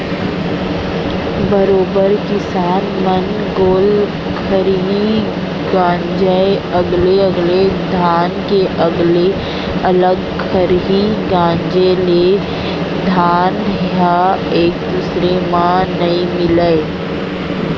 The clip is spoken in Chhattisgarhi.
बरोबर किसान मन गोल खरही गांजय अलगे अलगे धान के अलगे अलग खरही गांजे ले धान ह एक दूसर म नइ मिलय